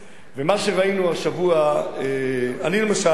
ומה שראינו השבוע, אני, למשל,